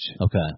Okay